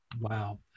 Wow